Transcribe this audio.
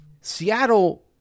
Seattle